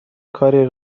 کاری